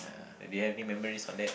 do you have any memories on that